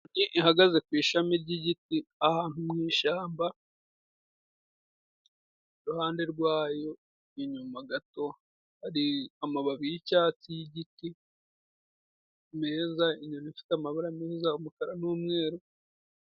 Inyoni ihagaze ku ishami ry'igiti ahantu mu ishyamba iruhande rwayo inyuma gato hari amababi y'icyatsi y'igiti meza, inyoni ifite amabara meza umukara n'umweru.